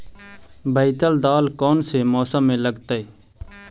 बैतल दाल कौन से मौसम में लगतैई?